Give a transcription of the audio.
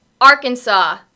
Arkansas